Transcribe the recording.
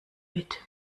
mit